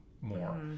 more